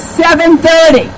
7.30